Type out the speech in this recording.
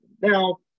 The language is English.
Now